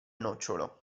nocciolo